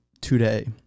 today